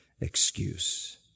excuse